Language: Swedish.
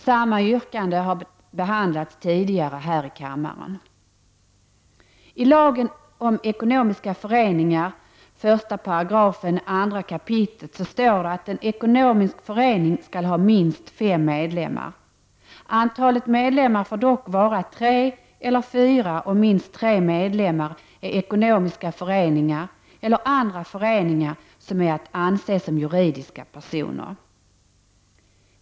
Samma yrkande har behandlats tidigare här i kammaren. I lagen om ekonomiska föreningar 2 kap. §1 står det att en ekonomisk förening skall ha minst fem medlemmar. Antalet medlemmar får dock vara tre eller fyra om minst tre medlemmar är ekonomiska föreningar eller andra föreningar som är att anse som juridiska personer.